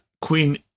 Queen